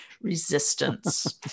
resistance